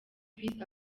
peace